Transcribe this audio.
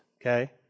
okay